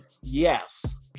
Yes